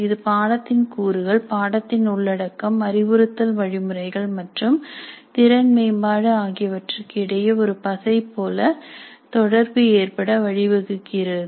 இது பாடத்தின் கூறுகள் பாடத்தின் உள்ளடக்கம் அறிவுறுத்தல் வழிமுறைகள் மற்றும் திறன் மேம்பாடு ஆகியவற்றுக்கு இடையே ஒரு பசைபோல் தொடர்பு ஏற்பட வழிவகுக்கிறது